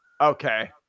okay